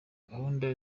gahunda